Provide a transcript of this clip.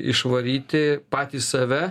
išvaryti patį save